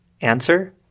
answer